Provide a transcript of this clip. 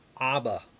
Abba